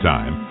Time